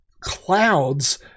clouds